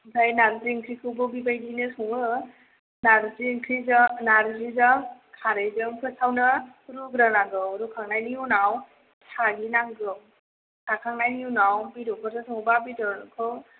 ओमफ्राय नार्जि ओंख्रिखौबो बेबायदिनो सङो नार्जि ओंख्रिजों नार्जिजों खारैजों फोसआवनो रुग्रोनागौ रुखांनायनि उनाव साग्लि नांगौ साखांनायनि उनाव बेदरफोरजों सङोबा बेदरखौ